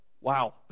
wow